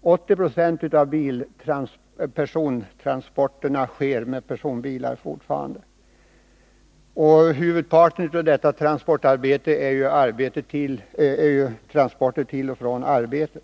80 Z6 av — deln med personpersontransporterna sker fortfarande med personbilar. Huvudparten av — pilar dessa transporter är transporter till och från arbetet.